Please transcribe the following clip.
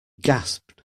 gasped